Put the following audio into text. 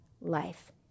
life